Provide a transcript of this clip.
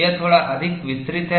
यह थोड़ा अधिक विस्तृत है